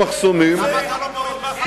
אז למה אתה לא מוריד מאחזים בלתי חוקיים?